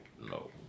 no